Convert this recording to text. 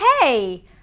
Hey